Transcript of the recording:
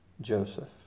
Joseph